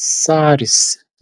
saris